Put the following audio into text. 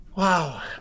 Wow